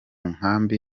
nkambi